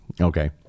okay